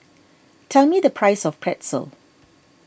tell me the price of Pretzel